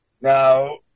Now